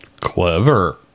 Clever